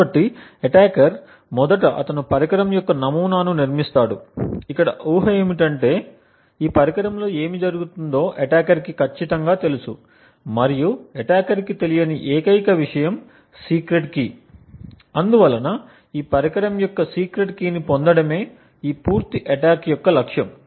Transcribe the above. కాబట్టి అటాకర్ మొదట అతను పరికరం యొక్క నమూనాను నిర్మిస్తాడు ఇక్కడ ఊహ ఏమిటంటే ఈ పరికరంలో ఏమి జరుగుతుందో అటాకర్ కి ఖచ్చితంగా తెలుసు మరియు అటాకర్ కి తెలియని ఏకైక విషయం సీక్రెట్ కీ అందువలన ఈ పరికరం యొక్క సీక్రెట్ కీ ని పొందటమే ఈ పూర్తి అటాక్ యొక్క లక్ష్యము